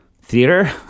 theater